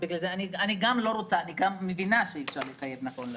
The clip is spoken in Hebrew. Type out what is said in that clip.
אני מבינה שאי אפשר לחייב נכון להרגע.